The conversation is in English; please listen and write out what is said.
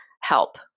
help